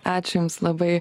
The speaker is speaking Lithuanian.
ačiū jums labai